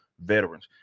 veterans